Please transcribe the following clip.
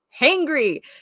hangry